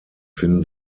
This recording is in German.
finden